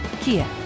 Kia